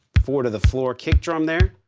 four to the floor kick drum there.